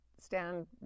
stand